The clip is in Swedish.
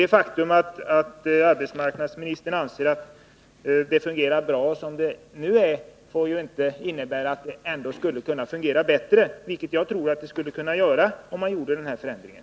Det faktum att arbetsmarknadsministern anser att det fungerar bra får inte innebära att det inte kan fungera bättre, vilket jag tror att det kan göra, om man vidtar den här förändringen.